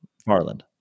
Farland